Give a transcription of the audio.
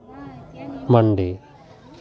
ᱢᱟᱱᱰᱤ